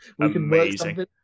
amazing